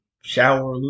shower